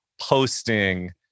posting